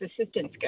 assistance